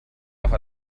auch